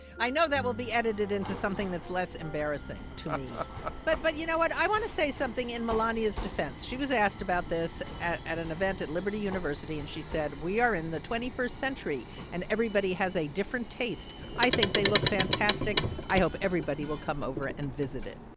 i know that will be edited into something that's less embarrassing to me ah but but you know what? i want to say something in melania's defense. she was asked about this at at an event at liberty university, and she said, we are in the twenty first century, and everybody has a different taste. i think they look fantastic. i hope everybody will come over and visit it